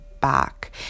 back